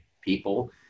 people